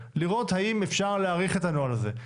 לראות האם אפשר להאריך את הנוהל הזה.